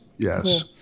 Yes